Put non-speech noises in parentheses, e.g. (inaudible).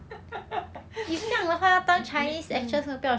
(laughs) (coughs)